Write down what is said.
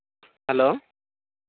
hello